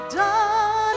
done